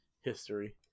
history